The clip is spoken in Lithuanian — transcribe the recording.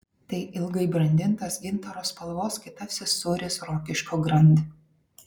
tai ilgai brandintas gintaro spalvos kietasis sūris rokiškio grand